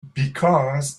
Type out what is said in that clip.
because